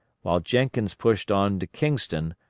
while jenkins pushed on to kingston,